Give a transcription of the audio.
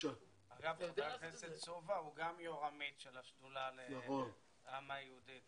חבר הכנסת סובה הוא גם יושב ראש עמית של השדולה לעם היהודי.